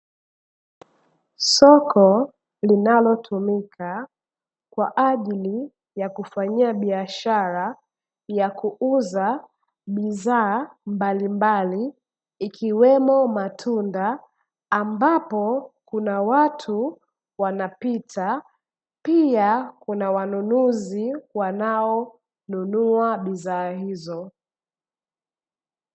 Soko linalotumika kwa ajili ya kufanyia biashara ya kuuza bidhaa mbalimbali, ikiwemo matunda, ambapo kuna watu wanapita. Pia kuna wanunuzi wanaonunua bidhaa hizo.